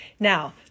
Now